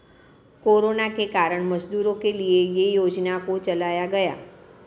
corona के कारण मजदूरों के लिए ये योजना को चलाया गया